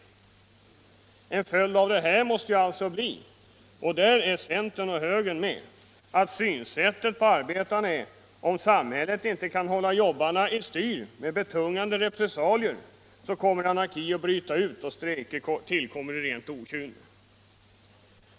En följd av detta måste bli — och där är centern och högern med — att sättet att se på arbetarna är detta: om samhället inte kan hålla jobbarna i styr med betungande repressalier kommer anarki att bryta ut, och strejker uppstår av rent okynne.